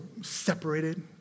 separated